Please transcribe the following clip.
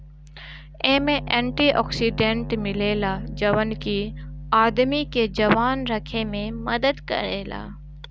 एमे antioxidant मिलेला जवन की आदमी के जवान रखे में मदद करेला